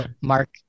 Mark